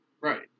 Right